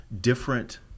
different